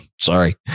Sorry